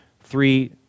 three